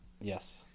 Yes